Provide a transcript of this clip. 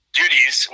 duties